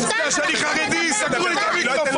בגלל שאני חרדי, סגרו לי את המיקרופון...